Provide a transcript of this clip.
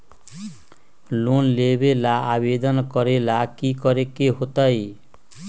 Loan लेबे ला आवेदन करे ला कि करे के होतइ?